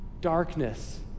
darkness